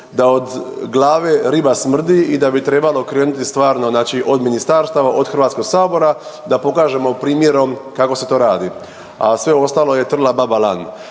da od glave riba smrdi i da bi trebalo krenuti stvarno znači od ministarstava i od HS da pokažemo primjerom kako se to radi, a sve ovo ostalo je trla baba lan.